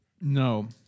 No